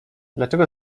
dlaczego